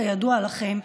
כידוע לכם,